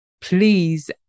Please